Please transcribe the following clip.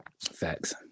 Facts